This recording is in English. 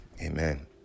Amen